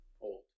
old